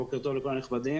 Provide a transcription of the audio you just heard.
בוקר טוב לכל הנכבדים.